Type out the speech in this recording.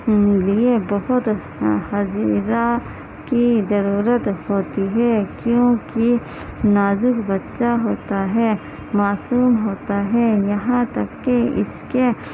لیے بہت عزیزہ کی ضرورت ہوتی ہے کیونکہ نازک بچہ ہوتا ہے معصوم ہوتا ہے یہاں تک کہ اس کے